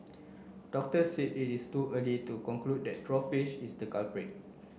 doctors said it is too early to conclude that draw fish is the culprit